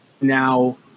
now